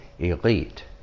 elite